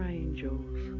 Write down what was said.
angels